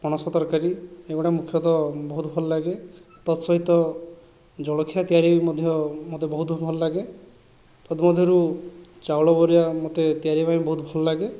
ପଣସ ତରକାରୀ ଏଗୁଡ଼ା ମୁଖ୍ୟତଃ ବହୁତ ଭଲ ଲାଗେ ତା ସହିତ ଜଳଖିଆ ତିଆରି ମଧ୍ୟ ମୋତେ ବହୁତ ଭଲ ଲାଗେ ତଦ୍ ମଧ୍ୟରୁ ଚାଉଳ ପରିବା ମୋତେ ତିଆରି ପାଇଁ ବହୁତ ଭଲ ଲାଗେ